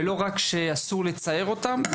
ולא רק שאסור לצער אותם,